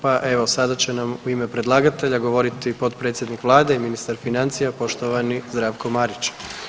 Pa evo sada će nam u ime predlagatelja govoriti potpredsjednik vlade i ministar financija poštovani Zdravko Marić.